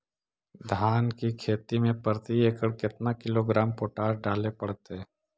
धान की खेती में प्रति एकड़ केतना किलोग्राम पोटास डाले पड़तई?